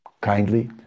kindly